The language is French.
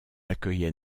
accueillait